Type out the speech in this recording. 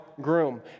groom